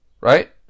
right